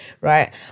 right